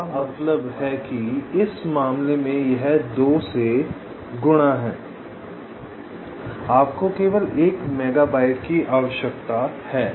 इसका मतलब है कि इस मामले में यह 2 से गुणा है आपको केवल 1 मेगाबाइट की आवश्यकता है